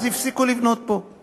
ואז יפסיקו לבנות פה.